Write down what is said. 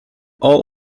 all